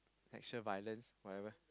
sexual violence whatever